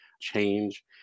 change